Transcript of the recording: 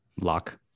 Lock